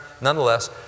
Nonetheless